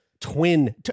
Twin